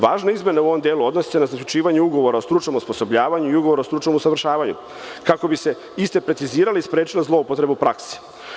Važna izmena u ovom delu se odnosi na zaključivanje ugovora o stručnom osposobljavanju i ugovora o stručnom usavršavanju, kako bi se isti precizirali i sprečile zloupotrebe u praksi.